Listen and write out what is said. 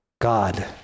God